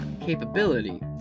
capability